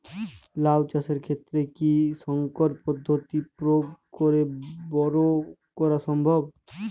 লাও চাষের ক্ষেত্রে কি সংকর পদ্ধতি প্রয়োগ করে বরো করা সম্ভব?